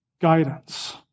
guidance